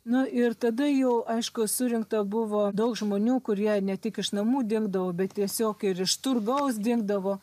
nu ir tada jau aišku surinkta buvo daug žmonių kurie ne tik iš namų dingdavo bet tiesiog ir iš turgaus dingdavo